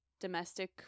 domestic